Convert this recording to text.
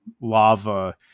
lava